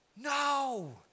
No